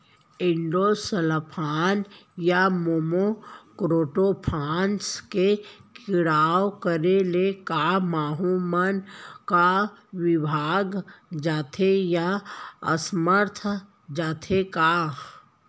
Endosulfan या monocrotophos के छिड़काव करे ले क माहो मन का विभाग जाथे या असमर्थ जाथे का?